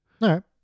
No